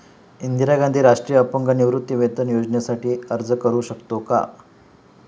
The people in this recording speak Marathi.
इंदिरा गांधी राष्ट्रीय अपंग निवृत्तीवेतन योजनेसाठी अर्ज करू शकतो का?